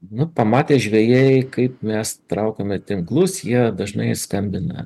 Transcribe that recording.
nu pamatė žvejai kaip mes traukiame tinklus jie dažnai skambina